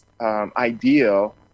ideal